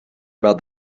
about